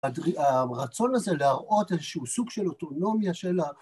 הרצון הזה להראות איזשהו סוג של אוטונומיה שלה